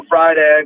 Friday